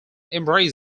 embrace